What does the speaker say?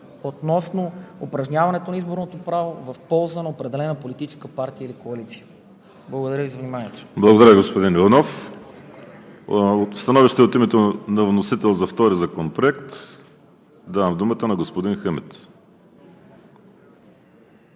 относно упражняването на изборното право в полза на определена политическа партия или коалиция. Благодаря Ви за вниманието. ПРЕДСЕДАТЕЛ ВАЛЕРИ СИМЕОНОВ: Благодаря, господин Иванов. Становище от името на вносител за втория Законопроект. Давам думата на господин Хамид.